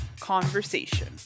conversation